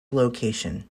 location